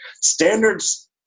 Standards